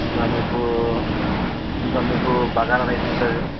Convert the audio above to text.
ఇంకా మీకు ఇంకా మీకు బగారా రైస్ ఉంటుంది